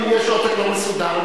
אם יש עותק לא מסודר,